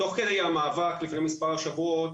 תוך כדי המאבק לפני מספר שבועות,